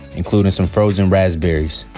including some frozen raspberries.